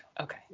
Okay